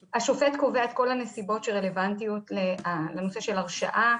בהכרעת הדין השופט קובע את כל הנסיבות שרלוונטיות לנושא של הרשעה,